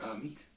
Meat